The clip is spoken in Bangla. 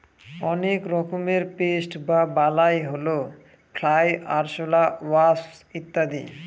অনেক রকমের পেস্ট বা বালাই হল ফ্লাই, আরশলা, ওয়াস্প ইত্যাদি